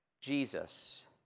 Jesus